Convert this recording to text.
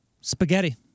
Spaghetti